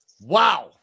Wow